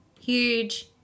Huge